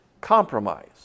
Compromise